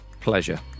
Pleasure